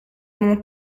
mon